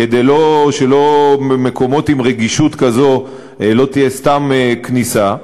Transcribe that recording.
כדי שלמקומות עם רגישות כזאת לא תהיה סתם כניסה,